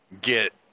get